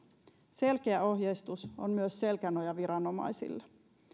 selkeä ohjeistus on myös selkänoja viranomaisille